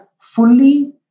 fully